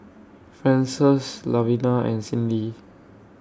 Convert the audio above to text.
Frances Lavina and Cyndi